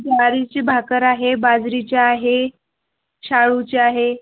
ज्वारीची भाकर आहे बाजरीच्या आहे शाळूच्या आहे